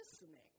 listening